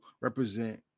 represent